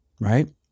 right